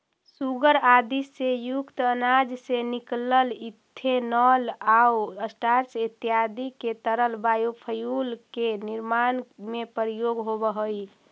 सूगर आदि से युक्त अनाज से निकलल इथेनॉल आउ स्टार्च इत्यादि के तरल बायोफ्यूल के निर्माण में प्रयोग होवऽ हई